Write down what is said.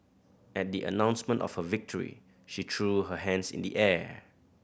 at the announcement of a victory she threw her hands in the air